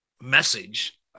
message